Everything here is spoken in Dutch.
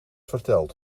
verteld